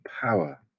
power